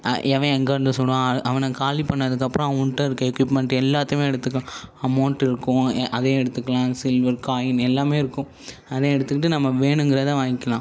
எவன் எங்கே வந்து சுடுவான் அவனை காலி பண்ணதுக்கப்புறம் அவன்கிட்ட இருக்க எக்யூப்மெண்ட் எல்லாத்தையுமே எடுத்துக்கலாம் அமௌன்ட் இருக்கும் எ அதையும் எடுத்துக்கலாம் சில்வர் காய்ன் எல்லாமே இருக்கும் அதையும் எடுத்துக்கிட்டு நம்ம வேணுங்கிறதை வாங்கிக்கலாம்